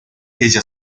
ella